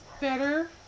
better